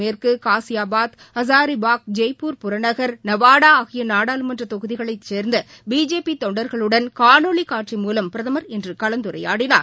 மேற்கு காஸியாபாத் ஹசாரிபாக் தெய்ப்பூர் அருணாச்சல் புறநகர் நவாடாஆகியநாடாளுமன்றதொகுதிகளைச் சேர்ந்தபிஜேபிதொண்டாகளுடன் காணொலிக்கட்சி முலம் பிரதமர் இன்றுகலந்துரையாடினார்